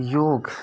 योग